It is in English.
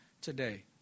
today